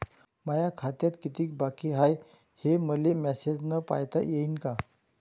माया खात्यात कितीक बाकी हाय, हे मले मेसेजन पायता येईन का?